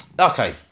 okay